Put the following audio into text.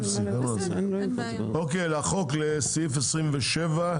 סעיף 27,